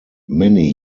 many